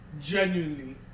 genuinely